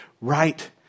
right